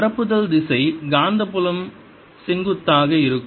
பரப்புதல் திசை காந்தப்புலம் செங்குத்தாக இருக்கும்